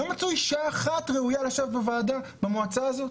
ולא מצאו אשה אחת ראויה לשבת במועצה הזאת?